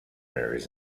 marries